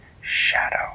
shadow